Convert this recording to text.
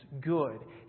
good